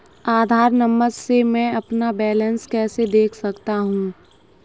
आधार number से मैं अपना बैलेंस कैसे देख सकता हूँ?